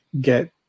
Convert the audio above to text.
get